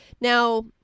Now